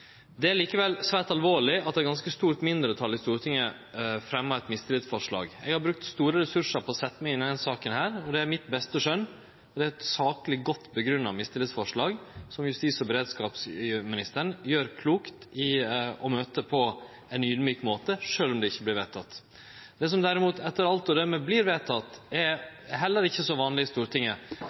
Det er likevel svært alvorleg at eit ganske stort mindretal i Stortinget fremjar eit mistillitsforslag. Eg har brukt store ressursar på å setje meg inn i denne saka, det er mitt beste skjønn, og det er eit sakleg, godt grunngjeve mistillitsforslag som justis- og beredskapsministeren gjer klokt i å møte på ein audmjuk måte – sjølv om det ikkje vert vedteke. Det som derimot etter alt å døme vert vedteke, er heller ikkje så vanleg i Stortinget,